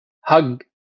hug